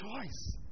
choice